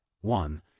one